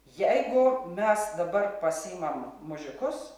jeigu mes dabar pasiimam mužikus